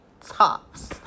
tops